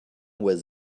with